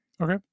Okay